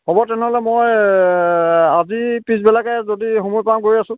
হ'ব তেনেহ'লে মই আজি পিছবেলাকে যদি সময় পাওঁ গৈ আছোঁ